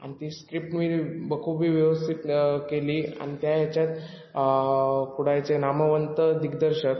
आणि ती स्क्रिप्ट मी बखुबी व्यवस्थित केली आणि त्या ह्याच्यात कुडाळचे नामवंत दिग्दर्शक